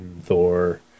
Thor